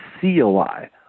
COI